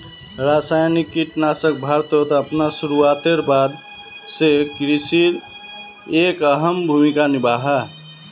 रासायनिक कीटनाशक भारतोत अपना शुरुआतेर बाद से कृषित एक अहम भूमिका निभा हा